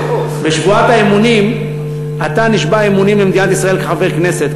בשבועת האמונים אתה נשבע אמונים למדינת ישראל כחבר כנסת.